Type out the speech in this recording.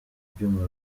ibyuma